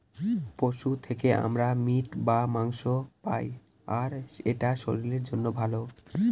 পশু থেকে আমরা মিট বা মাংস পায়, আর এটা শরীরের জন্য ভালো